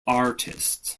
artist